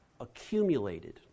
accumulated